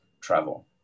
travel